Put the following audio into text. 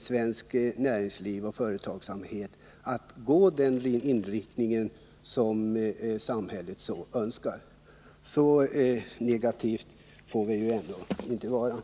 svenskt näringsliv och svensk företagsamhet stimuleras att gå i den riktning som samhället önskar? Vi får inte vara så negativa.